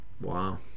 Wow